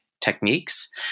techniques